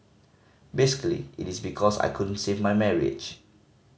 basically it is because I couldn't save my marriage